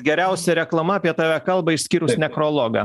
geriausia reklama apie tave kalba išskyrus nekrologą